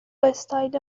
استایل